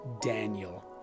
Daniel